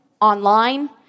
online